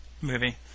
movie